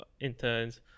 interns